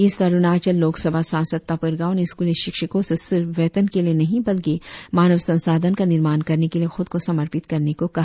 east Arunachal Lok Sabha सांसद तापिर गाव ने स्कुली शिक्षकों से सिर्फ वेतन के लिए नहीं बल्कि मानव संसाधन का निर्माण करने के लिए खुद को समर्पित करने को कहा